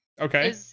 Okay